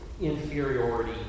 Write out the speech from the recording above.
inferiority